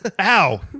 Ow